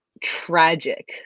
tragic